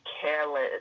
careless